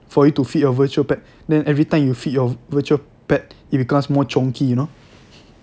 for you to feed your virtual pet then every time you feed your virtual pet it becomes more chonky you know